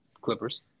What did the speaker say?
Clippers